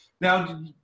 now